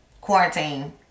quarantine